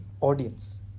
audience